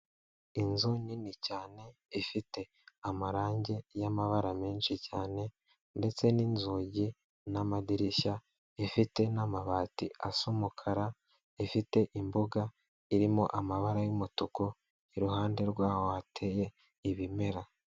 Inzu nini cyane ifite amarangi y'amabara menshi cyane ndetse n'inzugi n'amadirishya, ifite n'amabati asa umukara, ifite imbuga irimo amabara y'umutuku, iruhande rwaho hateye ibimera.